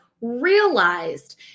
realized